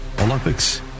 olympics